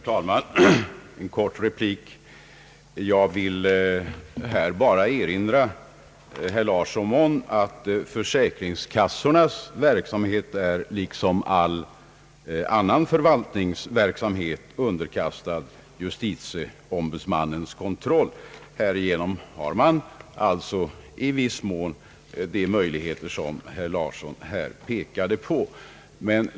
Herr talman! Bara en kort replik. Jag vill erinra herr Larsson om att försäkringskassornas verksamhet liksom all annan förvaltningsverksamhet är underkastad justitieombudsmännens kontroll. Härigenom har man alltså i viss mån de möjligheter som herr Larsson efterlyst.